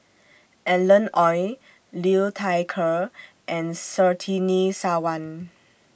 Alan Oei Liu Thai Ker and Surtini Sarwan